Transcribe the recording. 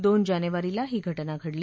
दोन जानेवारीला ही घटना घडली